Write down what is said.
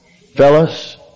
Fellas